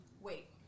wait